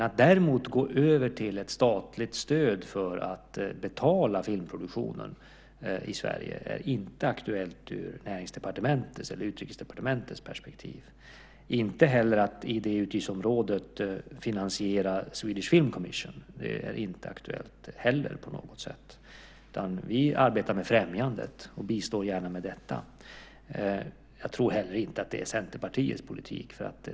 Att gå över till ett statligt stöd för att betala filmproduktion i Sverige är däremot inte aktuellt ur Näringsdepartementets eller Utrikesdepartementets perspektiv. Det är inte heller aktuellt att ur det utgiftsområdet finansiera Swedish Film Commission. Vi arbetar med främjandet och bistår gärna med det. Jag tror inte att det är Centerpartiets politik heller.